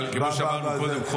אבל כמו שאמרנו קודם,